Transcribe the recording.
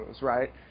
right